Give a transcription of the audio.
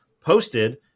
posted